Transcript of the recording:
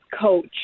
coach